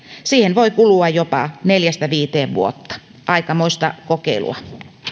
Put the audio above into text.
siihen voi kulua jopa neljästä viiteen vuotta aikamoista kokeilua